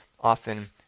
often